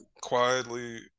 quietly